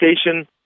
station